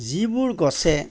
যিবোৰ গছে